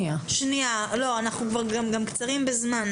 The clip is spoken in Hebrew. אנחנו קצרים בזמן.